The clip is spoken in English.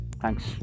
Thanks